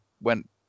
went